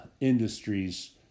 industries